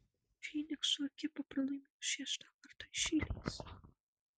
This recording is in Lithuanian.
fynikso ekipa pralaimėjo šeštą kartą iš eilės